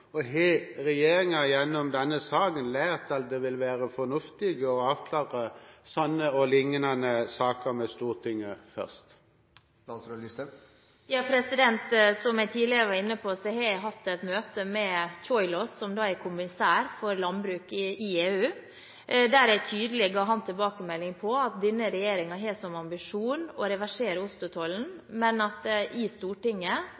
Og: Har regjeringen gjennom denne saken lært at det vil være fornuftig å avklare slike og lignende saker med Stortinget først? Som jeg tidligere var inne på, har jeg hatt et møte med Dacian Ciolos, som er kommissær for landbruk i EU, der jeg tydelig ga ham tilbakemelding om at denne regjeringen har som ambisjon å reversere ostetollen, men at det i Stortinget